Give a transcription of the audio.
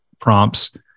prompts